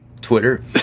Twitter